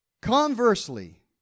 Conversely